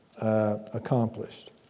accomplished